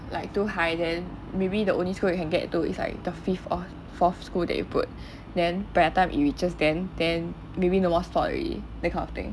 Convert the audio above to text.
like too high then maybe the only school you can get to is like the fifth or fourth school that you put then by the time it reaches then then maybe no more spot already that kind of thing